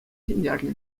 ҫӗнтернӗ